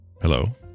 Hello